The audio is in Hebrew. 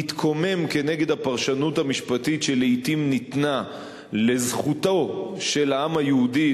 התקומם כנגד הפרשנות המשפטית שלעתים ניתנה לזכותו של העם היהודי,